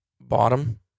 bottom